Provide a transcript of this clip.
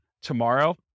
tomorrow